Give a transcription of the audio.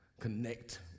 connect